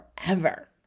forever